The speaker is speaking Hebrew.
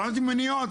תנועות ימניות,